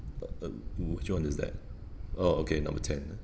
the the which one is that oh okay number ten